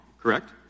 Correct